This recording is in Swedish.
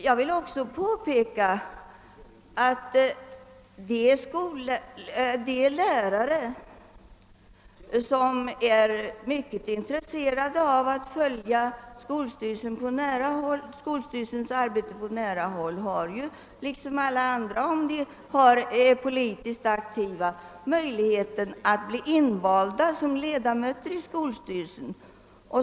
Jag vill också påpeka att de lärare som är mycket intresserade av att följa skolstyrelsens arbete på nära håll och är politiskt aktiva har samma möjlighet som aila andra att bli valda till ledamöter av skolstyrelsen.